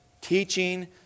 Teaching